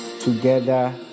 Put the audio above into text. together